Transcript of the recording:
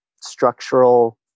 structural